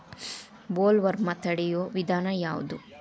Bollworm ತಡಿಯು ವಿಧಾನ ಯಾವ್ದು?